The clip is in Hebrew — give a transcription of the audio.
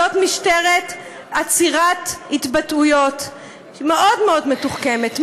זאת משטרת עצירת התבטאויות מאוד מאוד מתוחכמת,